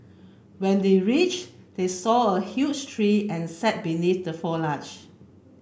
when they reach they saw a huge tree and sat beneath the foliage